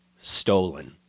stolen